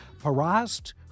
Parast